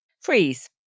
freeze